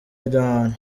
riderman